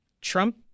Trump